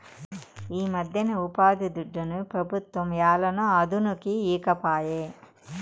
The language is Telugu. ఈమధ్యన ఉపాధిదుడ్డుని పెబుత్వం ఏలనో అదనుకి ఈకపాయే